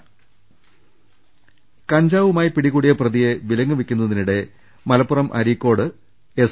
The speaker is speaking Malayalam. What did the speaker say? രദേശ്ശ കഞ്ചാവുമായി പിടികൂടിയ പ്രതിയെ വിലങ്ങ് വെക്കുന്നതിനിടെ മലപ്പുറം അരീക്കോട് എസ്